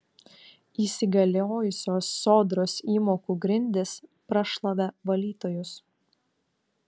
įsigaliojusios sodros įmokų grindys prašlavė valytojus